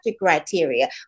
criteria